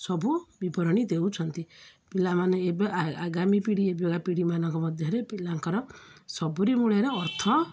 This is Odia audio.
ସବୁ ବିବରଣୀ ଦେଉଛନ୍ତି ପିଲାମାନେ ଏବେ ଆଗାମୀ ପିଢ଼ି ଏବେ ପିଢ଼ିମାନଙ୍କ ମଧ୍ୟରେ ପିଲାଙ୍କର ସବୁରି ମୂଳରେ ଅର୍ଥ